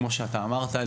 כמו שאתה אמרת,